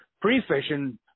pre-fishing